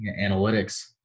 analytics